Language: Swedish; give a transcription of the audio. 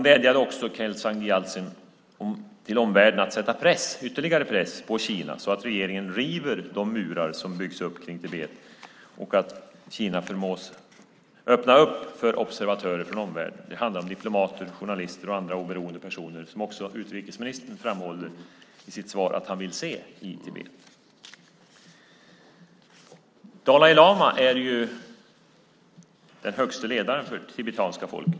Kelsang Gyaltsen vädjade också till omvärlden att sätta ytterligare press på Kina så att regeringen river de murar som byggts upp kring Tibet och att Kina förmås öppna för observatörer från omvärlden. Det handlar om diplomater, journalister och andra oberoende personer, som också utrikesministern i sitt svar framhåller att han vill se i Tibet. Dalai lama är ju den högste ledaren för det tibetanska folket.